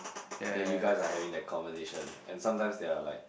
that you guys are having that conversation and sometimes they are like